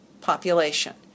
population